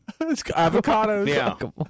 Avocados